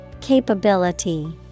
Capability